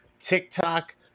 TikTok